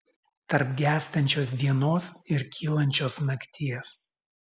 tarp gęstančios dienos ir kylančios nakties